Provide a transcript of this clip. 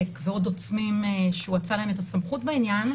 ועוד עוצמים שהוא אצל להם את הסמכות בעניין,